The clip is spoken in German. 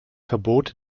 verbot